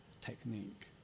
technique